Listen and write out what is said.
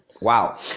Wow